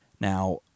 Now